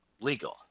legal